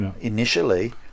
Initially